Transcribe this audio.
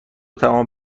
تمام